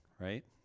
right